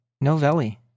Novelli